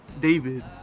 David